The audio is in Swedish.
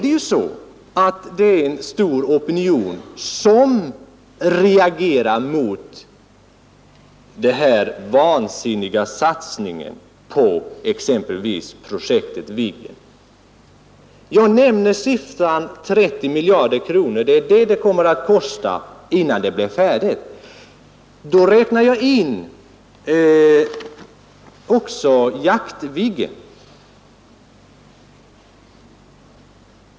Men nu finns det en stor opinion som reagerar mot denna vansinniga satsning på projektet Viggen. Jag nämner här siffran 30 miljarder, ty det är vad projektet kommer att kosta innan det är färdigt. Då räknar jag också in Jaktviggen.